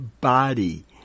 body